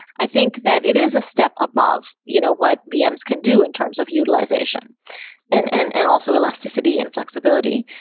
i think that it is a step above you know what ah bms can do in terms of utilization and and and also elasticity and flexibility.